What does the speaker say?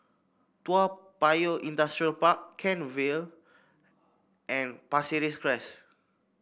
Toa Payoh Industrial Park Kent Vale and Pasir Ris Crest